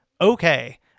okay